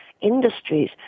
industries